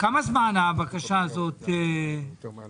כמה זמן הבקשה הזאת מוכנה?